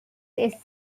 his